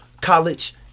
college